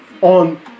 on